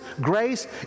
grace